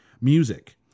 music